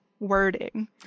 wording